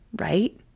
right